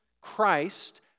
Christ